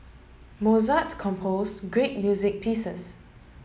Mozart composed great music pieces